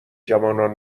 جوانان